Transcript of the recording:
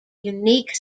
unique